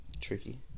tricky